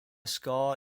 ska